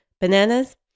bananas